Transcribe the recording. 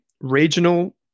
regional